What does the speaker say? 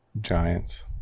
Giants